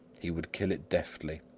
he would kill it deftly,